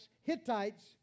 Hittites